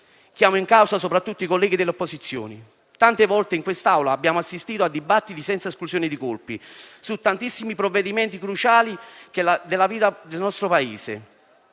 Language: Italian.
chiamo in causa soprattutto i colleghi delle opposizioni. Tante volte in quest'Aula abbiamo assistito a dibattiti senza esclusione di colpi su tantissimi provvedimenti cruciali della vita del Paese.